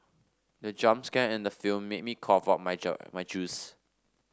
the jump scare in the film made me cough out my my juice